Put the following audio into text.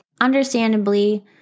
understandably